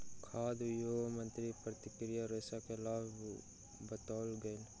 खाद्य उद्योग मंत्री के प्राकृतिक रेशा के लाभ बतौल गेल